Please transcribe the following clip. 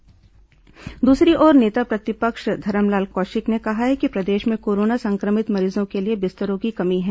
नेता प्रतिपक्ष बयान दूसरी ओर नेता प्रतिपक्ष धरमलाल कौशिक ने कहा है कि प्रदेश में कोरोना संक्रमित मरीजों के लिए बिस्तरों की कमी है